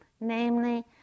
namely